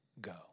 go